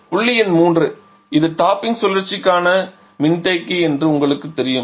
புள்ளி எண் 3 இது டாப்பிங் சுழற்சிக்கான மின்தேக்கி என்று எங்களுக்குத் தெரியும்